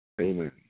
Amen